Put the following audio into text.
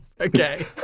Okay